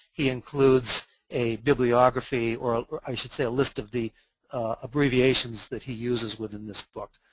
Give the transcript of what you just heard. he includes a bibliography or or i should say a list of the abbreviations that he uses within this book.